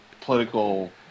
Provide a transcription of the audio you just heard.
political